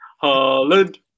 Holland